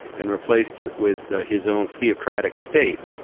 and replaced it with his own theocratic state.